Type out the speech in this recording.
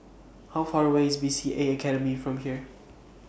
How Far away IS B C A Academy from here